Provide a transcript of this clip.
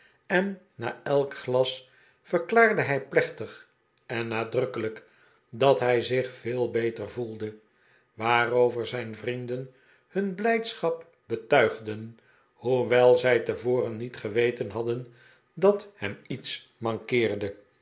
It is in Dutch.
en na elk glas verklaarde hij plechtig en nadrukkelijk dat hij zich veel beter voelde waaroverzijn vrienden hun blijdschap betuigden hoewel zij tevoren niet geweten hadden dat hem iets mankeerde